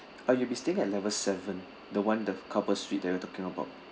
oh you'll be staying at level seven the one the couple's suite that you're talking about